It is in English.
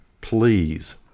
please